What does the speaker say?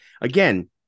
again